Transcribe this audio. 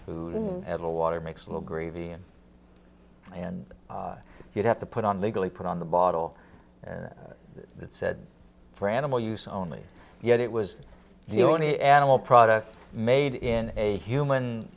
food at a water makes little gravy and and you have to put on legally put on the bottle that said for animal use only yet it was the only animal products made in a